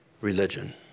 religion